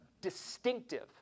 distinctive